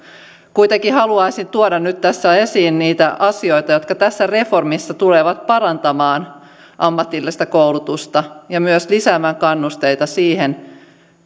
kuitenkin haluaisin tuoda nyt tässä esiin niitä asioita jotka tässä reformissa tulevat parantamaan ammatillista koulutusta ja myös lisäämään kannusteita